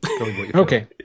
Okay